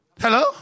Hello